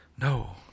no